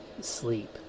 sleep